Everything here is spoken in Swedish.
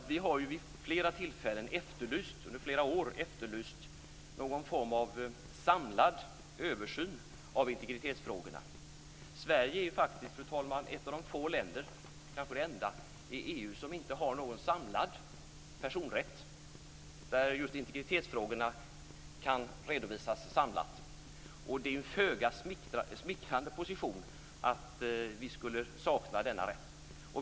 Vi har ju vid flera tillfällen, under flera års tid, efterlyst någon form av samlad översyn av integritetsfrågorna. Sverige är faktiskt, fru talman, ett av få länder, kanske det enda, i EU som inte har en samlad personrätt där just integritetsfrågorna kan redovisas samlat. Det är en föga smickrande position att vi saknar denna rätt.